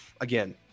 again